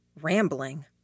rambling